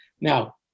Now